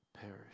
perish